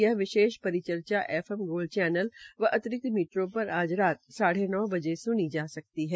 यह विशेष परिचर्चा एक एम गोल्ड चैनल व अतिरिक्त मीटरों पर साढ़े नौ बजे स्नी जा सकती है